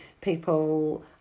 people